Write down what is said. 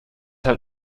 halt